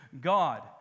God